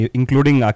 including